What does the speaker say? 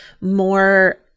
more